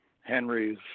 Henry's